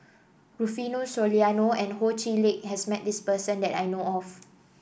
Rufino Soliano and Ho Chee Lick has met this person that I know of